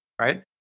right